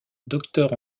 docteur